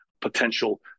potential